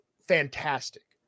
Fantastic